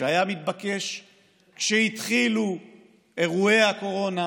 שהיה מתבקש כשהתחילו אירועי הקורונה,